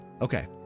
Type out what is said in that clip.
Okay